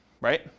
Right